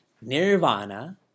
nirvana